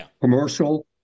Commercial